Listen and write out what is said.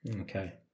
Okay